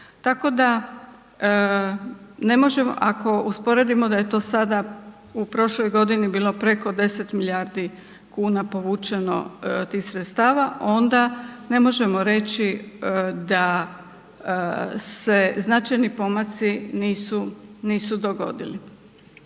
Tako da ne možemo, ako usporedimo da je to sada u prošloj godini bilo preko 10 milijardi kuna povučeno tih sredstava onda ne možemo reći da se značajni pomaci nisu dogodili.